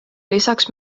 lisaks